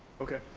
okay,